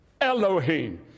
Elohim